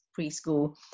preschool